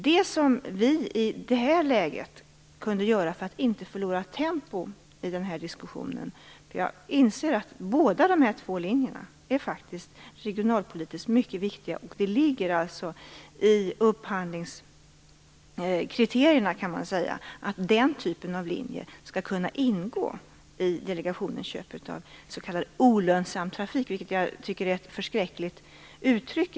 Jag inser att bägge dessa linjer regionalpolitiskt är mycket viktiga, och det ligger i upphandlingskriterierna att den typen av linjer skall kunna ingå i delegationens köp av s.k. olönsam trafik. Jag tycker egentligen att det är ett förskräckligt uttryck.